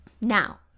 Now